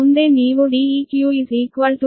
ಮುಂದೆ ನೀವು Deq 9